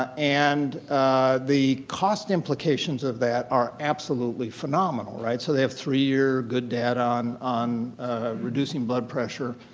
and the cost implications of that are absolutely phenomenal, right? so, they have three year good data on on reducing blood pressure.